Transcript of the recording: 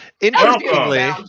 interestingly